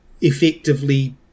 effectively